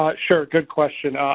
um sure good question. ah